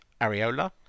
Areola